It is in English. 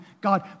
God